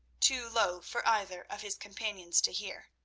too low for either of his companions to hear.